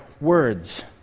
words